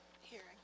Hearing